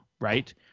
right